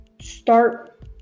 start